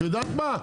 את יודעת מה,